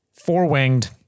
four-winged